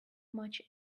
much